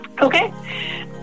Okay